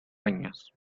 años